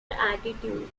attitude